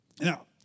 Now